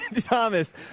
thomas